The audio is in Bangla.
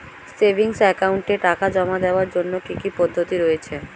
সেভিংস একাউন্টে টাকা জমা দেওয়ার জন্য কি কি পদ্ধতি রয়েছে?